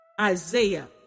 Isaiah